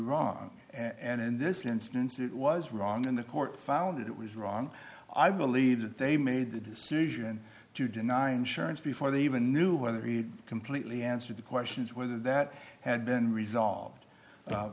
wrong and in this instance it was wrong and the court found that it was wrong i believe that they made the decision to deny insurance before they even knew whether it completely answered the questions whether that had been resolved